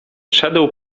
szedł